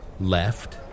left